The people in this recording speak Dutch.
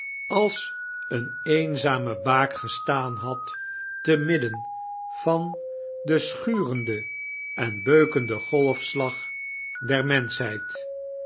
als een eenzame baak gestaan had te midden van den sichuirenden en beukenden golfslag der menschheid